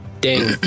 Ding